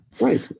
Right